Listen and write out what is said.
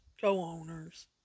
co-owners